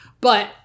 But-